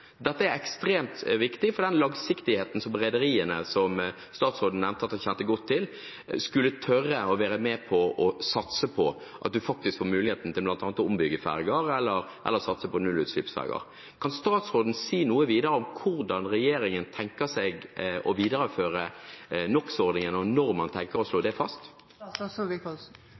Dette er ekstremt viktig for langsiktigheten, for om rederiene, som statsråden nevnte at han kjente godt til, skulle tørre å være med på å satse på at de faktisk får muligheten til bl.a. å ombygge ferger eller satse på nullutslippsferger. Kan statsråden si noe videre om hvordan regjeringen tenker seg å videreføre NOX-ordningen, og når man tenker å slå